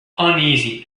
uneasy